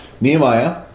Nehemiah